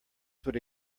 would